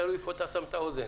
תלוי איפה אתה שם את האוזן